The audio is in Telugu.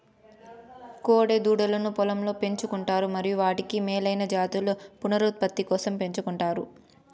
కోడె దూడలను పొలంలో పెంచు కుంటారు మరియు వాటిని మేలైన జాతుల పునరుత్పత్తి కోసం పెంచుకుంటారు